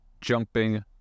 jumping